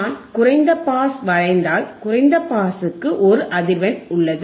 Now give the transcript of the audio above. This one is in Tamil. நான் குறைந்த பாஸ் வரைந்தால் குறைந்த பாஸுக்கு ஒரு அதிர்வெண் உள்ளது